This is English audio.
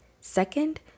Second